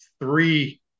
three